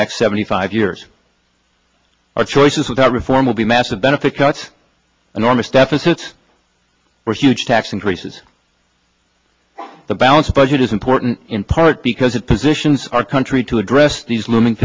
next seventy five years our choices without reform will be massive benefit cuts enormous deficits were huge tax increases the balanced budget is important in part because it positions our country to address these looming